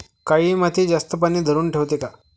काळी माती जास्त पानी धरुन ठेवते का?